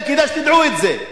וכדאי שתדעו את זה.